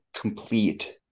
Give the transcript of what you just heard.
complete